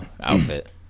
outfit